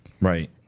Right